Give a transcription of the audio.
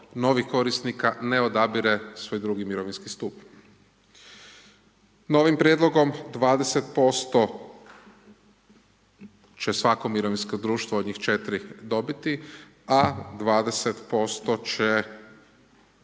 novih korisnika ne odabire svoj drugi mirovinski stup. Novim prijedlogom 20% će svako mirovinsko društvo od njih 4 dobiti, a 20% ćemo